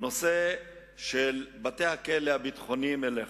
נושא בתי-הכלא הביטחוניים אליך.